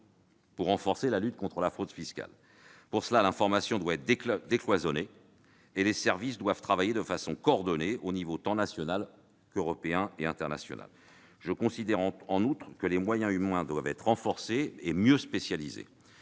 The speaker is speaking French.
pour renforcer la lutte contre la fraude fiscale. Pour cela, l'information doit être décloisonnée et les services doivent travailler de façon coordonnée, aux échelons tant national qu'européen et international. Je considère en outre que les moyens humains doivent être renforcés et mieux spécialisés.